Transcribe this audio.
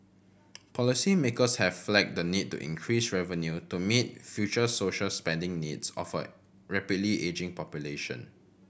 policymakers have flagged the need to increase revenue to meet future social spending needs of a rapidly ageing population